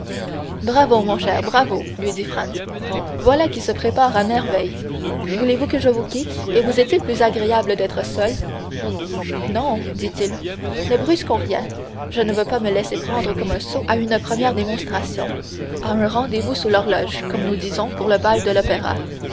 mon cher bravo lui dit franz voilà qui se prépare à merveille voulez-vous que je vous quitte et vous est-il plus agréable d'être seul non dit-il ne brusquons rien je ne veux pas me laisser prendre comme un sot à une première démonstration à un rendez-vous sous l'horloge comme nous disons pour le bal de l'opéra